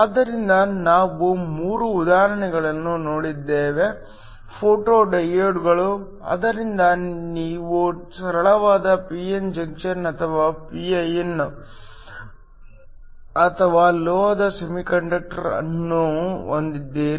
ಆದ್ದರಿಂದ ನಾವು 3 ಉದಾಹರಣೆಗಳನ್ನು ನೋಡಿದ್ದೇವೆ ಫೋಟೋ ಡಯೋಡ್ಗಳು ಆದ್ದರಿಂದ ನೀವು ಸರಳವಾದ p n ಜಂಕ್ಷನ್ ಅಥವಾ ಪಿನ್ ಅಥವಾ ಲೋಹದ ಸೆಮಿಕಂಡಕ್ಟರ್ ಅನ್ನು ಹೊಂದಿದ್ದೀರಿ